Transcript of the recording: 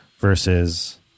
versus